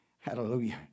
hallelujah